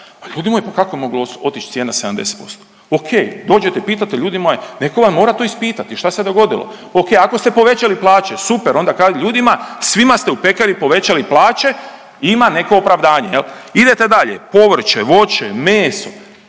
ljudi moji pa kako je mogla otići cijena 70%? O.k. Dođete, pitate ljudi moji netko vam mora to ispitati šta se dogodilo. O.k. ako ste povećali plaće super, onda kažete ljudima svima ste u pekari povećali plaće, ima neko opravdanje. Idete dalje povrće, voće, meso,